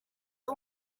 ari